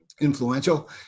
influential